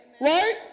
Right